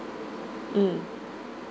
mm